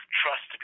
trust